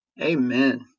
Amen